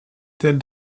telle